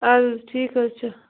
ادٕ حظ ٹھیٖک حظ چھُ